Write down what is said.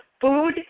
food